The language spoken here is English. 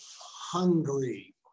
hungry